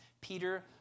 Peter